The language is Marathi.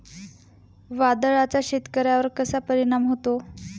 वादळाचा शेतकऱ्यांवर कसा परिणाम होतो?